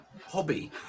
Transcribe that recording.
hobby